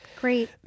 Great